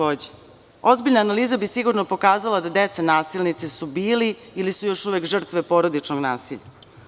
Ozbiljna analiza bi sigurno pokazala da deca nasilnici su bili ili su još uvek žrtve porodičnog nasilja.